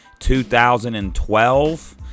2012